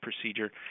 procedure